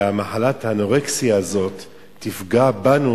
שמחלת האנורקסיה הזו תפגע בנו,